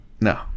no